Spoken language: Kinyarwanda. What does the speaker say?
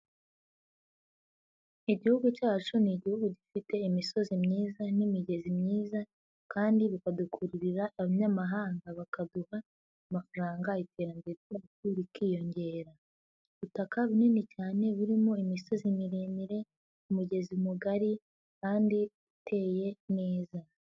Igihugu cyacu ni igihugu gifite imisozi myiza n'imigezi myiza kandi bikadukururira abanyamahanga, bakaduha amafaranga, iterambere ryacu rikiyongera, ubutaka bunini cyane burimo imisozi miremire, umugezi mugari kandi uteye neza.